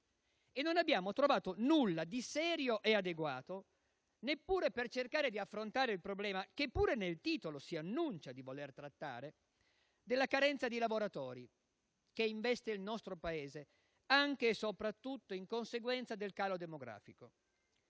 e non abbiamo trovato nulla di serio e adeguato per affrontare il problema, che pure nel titolo si annuncia di voler affrontare, della carenza di lavoratori nel nostro Paese, anche e soprattutto in conseguenza del calo demografico.